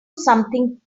something